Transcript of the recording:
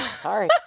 Sorry